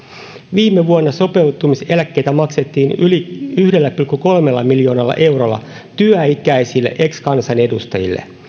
viime vuonna sopeutumiseläkkeitä maksettiin yli yhdellä pilkku kolmella miljoonalla eurolla työikäisille ex kansanedustajille